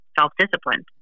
self-disciplined